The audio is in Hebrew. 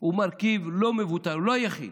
הוא מרכיב לא מבוטל, הוא לא היחיד,